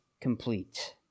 complete